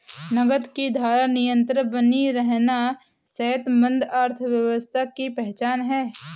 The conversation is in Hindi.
नकद की धारा निरंतर बनी रहना सेहतमंद अर्थव्यवस्था की पहचान है